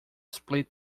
split